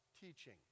teaching